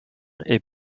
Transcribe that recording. est